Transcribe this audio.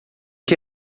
que